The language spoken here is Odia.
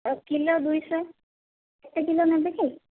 କିଲୋ ଦୁଇ ଶହ କେତେ କିଲୋ ନେବେ କି